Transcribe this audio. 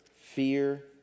fear